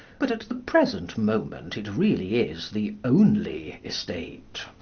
but at the present moment it really is the only estate.